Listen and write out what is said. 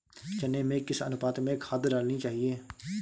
चने में किस अनुपात में खाद डालनी चाहिए?